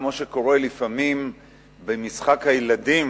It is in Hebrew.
כמו שקורה לפעמים במשחק הילדים,